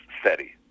steady